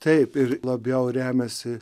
taip ir labiau remiasi